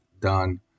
done